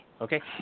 Okay